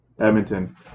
Edmonton